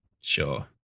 Sure